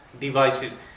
devices